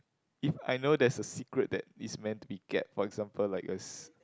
if I know there's a secret that is meant to be kept for example like a s~